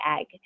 egg